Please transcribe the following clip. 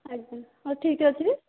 ଆଜ୍ଞା ହଉ ଠିକ୍ ଅଛି